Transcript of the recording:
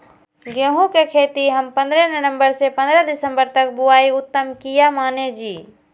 गेहूं के खेती हम पंद्रह नवम्बर से पंद्रह दिसम्बर तक बुआई उत्तम किया माने जी?